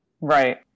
Right